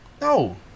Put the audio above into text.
No